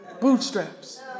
bootstraps